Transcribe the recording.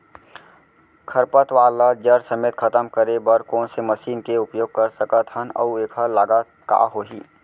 खरपतवार ला जड़ समेत खतम करे बर कोन से मशीन के उपयोग कर सकत हन अऊ एखर लागत का होही?